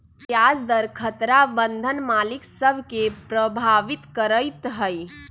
ब्याज दर खतरा बन्धन मालिक सभ के प्रभावित करइत हइ